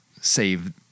save